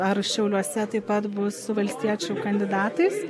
ar šiauliuose taip pat bus valstiečių kandidatais